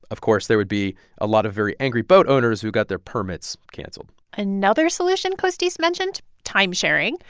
of course, there would be a lot of very angry boat owners who got their permits canceled another solution costis mentioned timesharing.